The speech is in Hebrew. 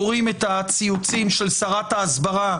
קוראים את הציוצים של שרת ההסברה,